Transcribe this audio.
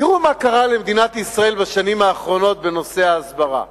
תראו מה קרה למדינת ישראל בשנים האחרונות בנושא ההסברה.